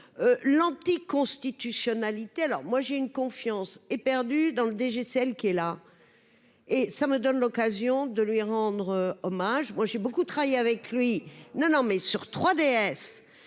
l'anticonstitutionnalité, alors moi j'ai une confiance éperdue dans le DG, celle qui est là et ça me donne l'occasion de lui rendre hommage, moi j'ai beaucoup travaillé avec lui, non, non, mais sur 3DS